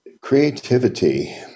Creativity